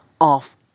off